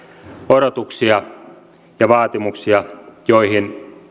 odotuksia ja vaatimuksia joihin